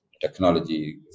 Technology